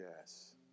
Yes